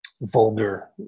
vulgar